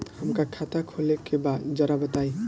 हमका खाता खोले के बा जरा बताई?